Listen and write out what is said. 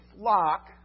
flock